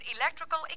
Electrical